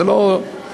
זה לא,